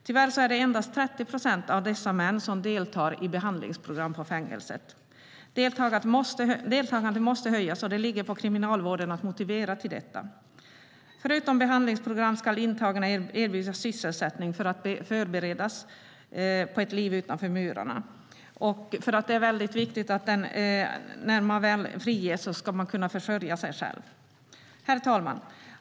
Tyvärr är det endast 30 procent av dessa män som deltar i behandlingsprogram på fängelset. Deltagandet måste öka, och det ligger på Kriminalvården att motivera till detta. Förutom behandlingsprogram ska intagna erbjudas sysselsättning för att förberedas på ett liv utanför murarna. Det är viktigt att den intagne när denne friges ska kunna försörja sig själv. Herr talman!